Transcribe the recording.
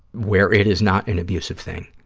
where it is not an abusive thing,